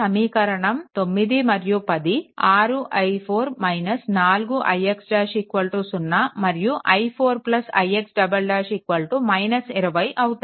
కనుక సమీకరణం 9 మరియు 10 6i4 4ix ' 0 మరియు i4 ix " 20 అవుతాయి